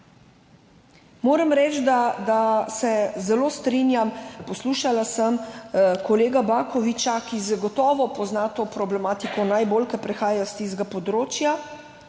Moram reči, da se zelo strinjam, poslušala sem kolega Bakovića, ki zagotovo najbolj pozna to problematiko, ker prihaja s tistega področja.